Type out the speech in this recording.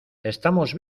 estamos